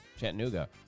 Chattanooga